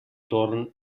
torn